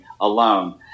alone